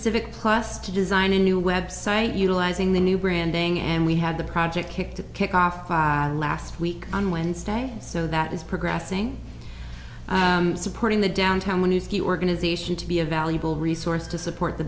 civic plus to design a new website utilizing the new branding and we had the project kick to kick off last week on wednesday so that is progressing supporting the downtown when you ski organization to be a valuable resource to support the